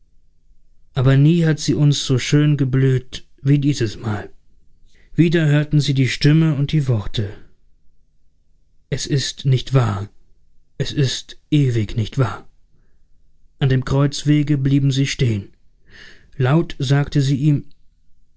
aber nie hat sie uns so schön geblüht wie dieses mal wieder hörten sie die stimme und die worte es ist nicht wahr es ist ewig nicht wahr an dem kreuzwege blieb sie stehen laut sagte sie ihm